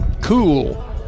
cool